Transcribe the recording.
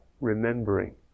remembering